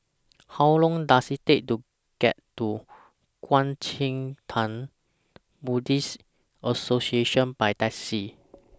How Long Does IT Take to get to Kuang Chee Tng Buddhist Association By Taxi